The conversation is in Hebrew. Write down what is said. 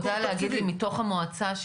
אתה יודע להגיד לי מתוך המועצה,